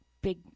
big